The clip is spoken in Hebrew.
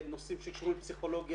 המשרד היחידי ש בתכנית הפיתוח 2397,